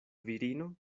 virino